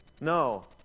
No